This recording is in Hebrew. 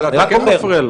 אבל אתה כן מפריע לו.